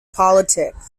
politics